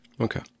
Okay